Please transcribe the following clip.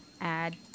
add